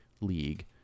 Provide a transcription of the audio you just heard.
league